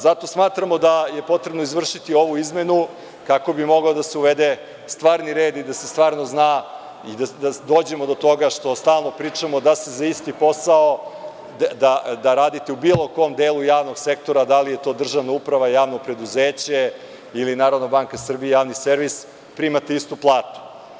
Smatramo da je potrebno izvršiti ovu izmenu kako bi mogao da se uvede stvarni red i da se stvarno zna, da dođemo do toga da se za isti posao, da radite u bilo kom delu javnog sektora, da li je to državna uprava ili javno preduzeće ili NBS, javni servis, prima ista plata.